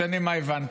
משנה מה הבנתי.